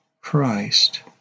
Christ